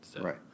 Right